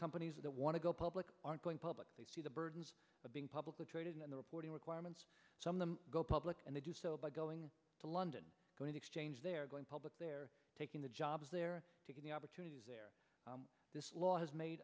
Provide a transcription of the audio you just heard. companies that want to go public aren't going public see the burdens of being publicly traded in the reporting requirements go public and they do so by going to london going to exchange they're going public they're taking the jobs they're taking the opportunities there this law has made